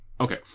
Okay